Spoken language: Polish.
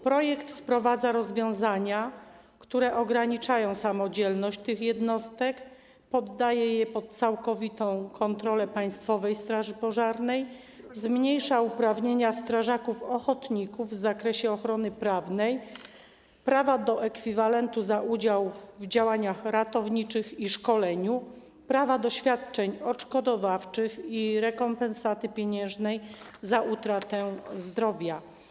Projekt wprowadza rozwiązania, które ograniczają samodzielność tych jednostek, poddaje je pod całkowitą kontrolę Państwowej Straży Pożarnej, zmniejsza uprawnienia strażaków ochotników w zakresie ochrony prawnej, prawa do ekwiwalentu za udział w działaniach ratowniczych i szkoleniu, prawa do świadczeń odszkodowawczych i rekompensaty pieniężnej za utratę zdrowia.